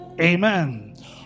amen